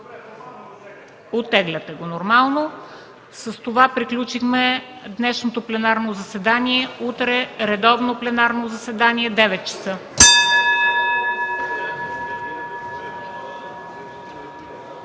Оттегляте го, нормално. С това приключихме днешното пленарно заседание. Утре – редовно пленарно заседание в 9,00